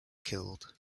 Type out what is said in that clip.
killed